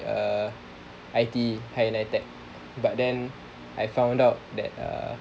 uh I_T_E higher NITEC but then I found out that uh